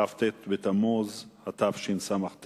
כ"ט בתמוז התשס"ט,